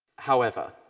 however,